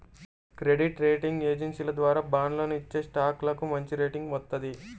credit rating ఏజెన్సీల ద్వారా బాండ్లను ఇచ్చేస్టాక్లకు మంచిరేటింగ్ వత్తది